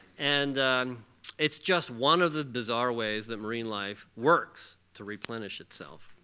and it's just one of the bizarre ways that marine life works to replenish itself.